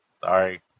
Sorry